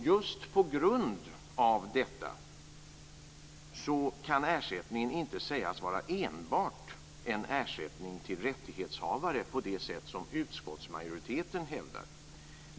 Just på grund av detta kan ersättningen inte sägas vara enbart en ersättning till rättighetshavare på det sätt som utskottsmajoriteten hävdar.